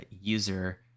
user